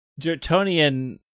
Jertonian